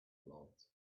light